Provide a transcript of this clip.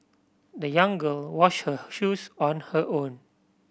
the young girl washed her shoes on her own